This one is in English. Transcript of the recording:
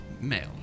male